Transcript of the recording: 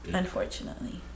unfortunately